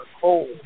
cold